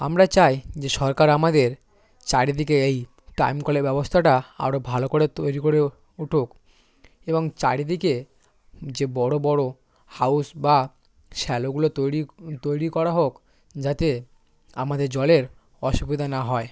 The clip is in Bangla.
আমরা চাই যে সরকার আমাদের চারিদিকে এই টাইম কলের ব্যবস্থাটা আরও ভালো করে তৈরি করে উঠুক এবং চারিদিকে যে বড়ো বড়ো হাউস বা শ্যালোগুলো তৈরি তৈরি করা হোক যাতে আমাদের জলের অসুবিধা না হয়